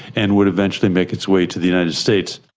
and would eventually make its way to the united states.